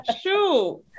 shoot